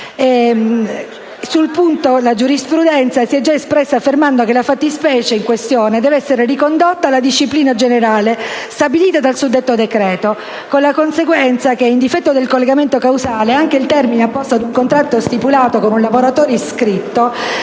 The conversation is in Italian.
Sul punto, la giurisprudenza si è già espressa affermando che la fattispecie in questione deve essere ricondotta alla disciplina generale stabilita dal suddetto decreto legislativo, con la conseguenza che in difetto del collegamento causale anche il termine apposto ad un contratto stipulato con un lavoratore iscritto